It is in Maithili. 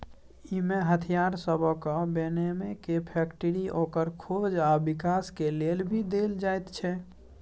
इमे हथियार सबहक बनेबे के फैक्टरी, ओकर खोज आ विकास के लेल भी देल जाइत छै